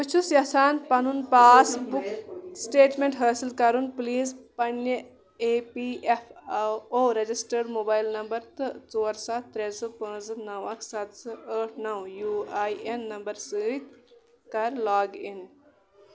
بہٕ چھُس یژھان پَنُن پاس بُک سٹیٹمنٹ حٲصِل کرُن پُلیٖز پنٕنہِ E P F O registered mobile number تہٕ ژور سَتھ ترٛےٚ زٕ پانٛژھ زٕ نَو اَکھ سَتھ زٕ ٲٹھ نَو یو آئی این نمبرٕ سۭتۍ کَر لاگ اِن